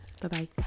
Bye-bye